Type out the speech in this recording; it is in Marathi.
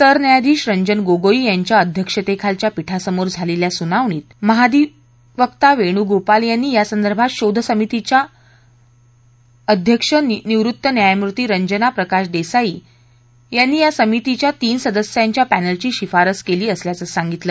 सरन्यायाधीश रंजन गोगोई यांच्या अध्यक्षतेखालच्या पीठासमोर झालेल्या सुनावणीत वेणूगोपाल यांनी यासंदर्भात शोध समितीच्या अध्यक्ष निवृत्त न्यायमूर्ती रंजना प्रकाश देसाई यांनी या समितीच्या तीन सदस्यांच्या पद्धकची शिफारस केली असल्याचं सांगितलं